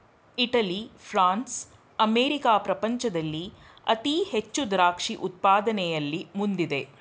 Italy, France, America ಪ್ರಪಂಚದಲ್ಲಿ ಅತಿ ಹೆಚ್ಚು ದ್ರಾಕ್ಷಿ ಉತ್ಪಾದನೆಯಲ್ಲಿ ಮುಂದಿದೆ